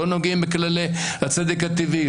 לא נוגעים בכללי הצדק הטבעי,